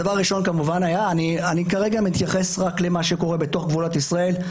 כרגע אני מתייחס רק למה שקורה בגבולות ישראל.